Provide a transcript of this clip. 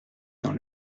dans